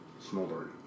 smoldering